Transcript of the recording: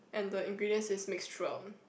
and the ingredients is mixture